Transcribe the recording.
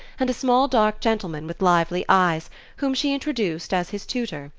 and a small dark gentleman with lively eyes whom she introduced as his tutor,